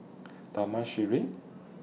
Taman Sireh